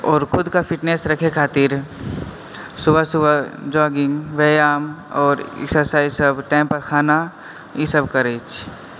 और खुदके फिटनेस रखै खातिर सुबह सुबह जॉगिङ्ग व्यायाम और एक्सरसाइज सब टाइम पर खाना ई सब करै छी